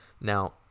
Now